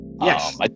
yes